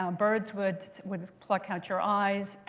um birds would would pluck out your eyes.